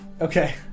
Okay